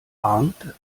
arndt